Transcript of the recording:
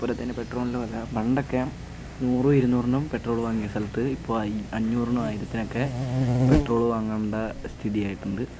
ഇതുപോലെത്തന്നെ പെട്രോളിൻ്റെ വില പണ്ടൊക്കെ നൂറും ഇരുന്നൂറിനും പെട്രോള് വാങ്ങിയ സ്ഥലത്ത് ഇപ്പോൾ അഞ്ഞൂറിനും ആയിരത്തിനൊക്കെ പെട്രോള് വാങ്ങേണ്ട സ്ഥിതി ആയിട്ടുണ്ട്